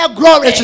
glory